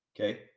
Okay